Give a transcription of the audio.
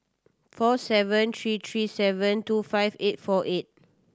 four seven three three seven two five eight four eight